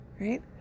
Right